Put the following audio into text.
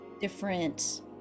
different